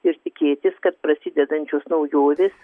ir tikėtis kad prasidedančios naujovės